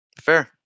fair